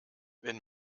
wenn